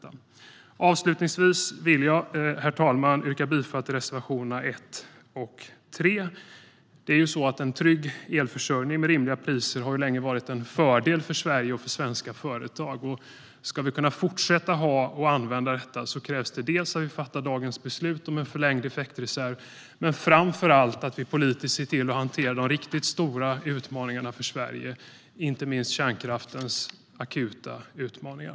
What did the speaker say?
Avslutningsvis vill jag yrka bifall till reservationerna 1 och 3. En trygg elförsörjning med rimliga priser har länge varit en fördel för Sverige och svenska företag. Ska vi kunna fortsätta ha detta krävs dels att vi i dag fattar beslut om en förlängd effektreserv, dels, och framför allt, att vi politiskt hanterar de riktigt stora utmaningarna för Sverige, inte minst kärnkraftens akuta utmaningar.